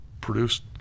produced